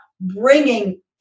bringing